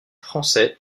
français